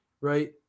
right